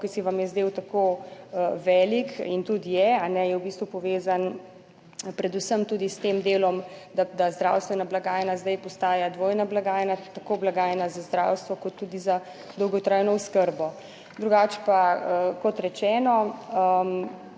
ki se vam je zdel tako velik in tudi je, je v bistvu povezan predvsem tudi s tem delom, da zdravstvena blagajna zdaj postaja dvojna blagajna, tako blagajna za zdravstvo kot tudi za dolgotrajno oskrbo. Drugače pa, kot rečeno,